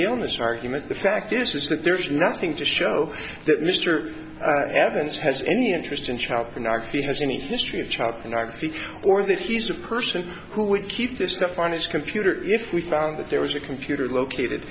stillness argument the fact is that there's nothing to show that mr evans has any interest in child pornography his unique history of child pornography or that he's a person who would keep this stuff on his computer if we found that there was a computer located